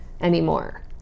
anymore